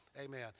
Amen